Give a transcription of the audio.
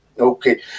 Okay